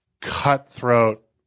cutthroat